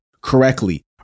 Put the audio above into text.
correctly